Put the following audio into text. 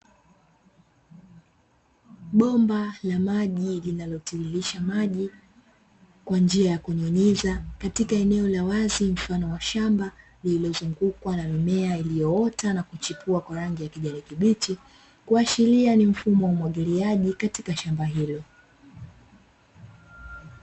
Bomba la maji linalotirisisha maji kwa njia ya kunyunyiza katika eneo la wazi mfano wa shamba, lililozungukwa na mimea iliyoota na kuchipua kwa rangi ya kijani kibichi, kuashiria ni mfumo wa umwagiliaji katika shamba hilo.